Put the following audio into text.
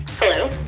Hello